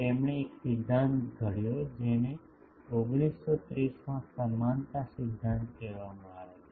તેમણે એક સિદ્ધાંત ઘડ્યો જેને 1930 માં સમાનતા સિદ્ધાંત કહેવામાં આવે છે